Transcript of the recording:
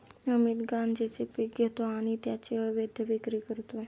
अमित गांजेचे पीक घेतो आणि त्याची अवैध विक्री करतो